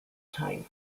time